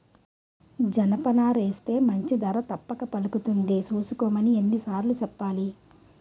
జనపనారేస్తే మంచి ధర తప్పక పలుకుతుంది సూసుకోమని ఎన్ని సార్లు సెప్పాలి?